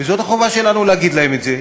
וזאת החובה שלנו להגיד להם את זה,